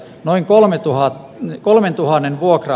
noin kolmetuhat kolmentuhannen vuokra